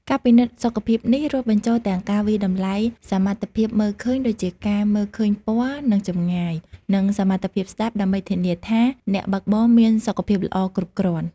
ការពិនិត្យសុខភាពនេះរាប់បញ្ចូលទាំងការវាយតម្លៃសមត្ថភាពមើលឃើញ ដូចជាការមើលឃើញពណ៌ និងចម្ងាយ និងសមត្ថភាពស្ដាប់ ដើម្បីធានាថាអ្នកបើកបរមានសុខភាពល្អគ្រប់គ្រាន់។